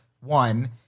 one